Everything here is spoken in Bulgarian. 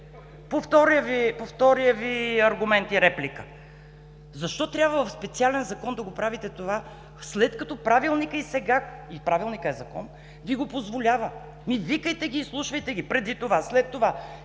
По втория Ви аргумент и реплика. Защо трябва в специален закон да правите това, след като Правилникът и сега – и Правилникът е закон, Ви го позволява. Ами, викайте ги, изслушвайте ги – преди това, след това!